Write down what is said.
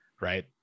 Right